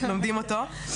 לומדים אותו,